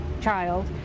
child